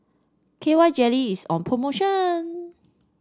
K Y Jelly is on promotion